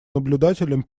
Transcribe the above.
наблюдателем